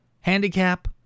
handicap